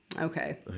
Okay